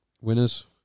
winners